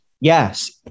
yes